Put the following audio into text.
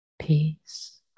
Peace